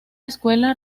escuela